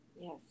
Yes